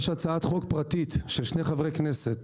יש הצעת חוק פרטית של שני חברי כנסת